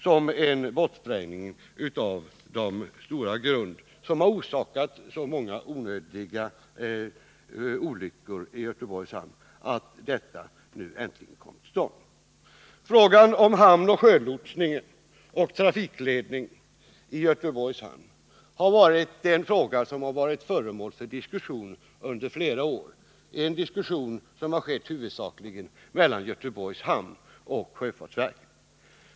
Det är bra att dessa stora grund som orsakat många onödiga olyckor i infarten till Göteborgs hamn nu äntligen kan sprängas bort. Frågan om hamnoch sjölotsningen och trafikledningen i Göteborgs hamn har varit föremål för diskussion under flera år, en diskussion som huvudsakligen har skett mellan Göteborgs hamn och sjöfartsverket.